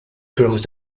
grows